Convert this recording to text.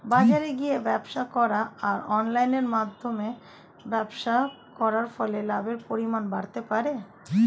বাজারে গিয়ে ব্যবসা করা আর অনলাইনের মধ্যে ব্যবসা করার ফলে লাভের পরিমাণ বাড়তে পারে?